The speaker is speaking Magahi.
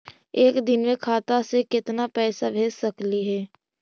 एक दिन में खाता से केतना पैसा भेज सकली हे?